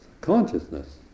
consciousness